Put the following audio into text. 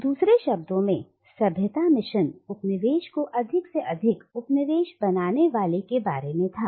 इसलिए दूसरे शब्दों में सभ्यता मिशन उपनिवेश को अधिक से अधिक उपनिवेश बनाने वाले के बारे में था